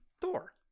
thor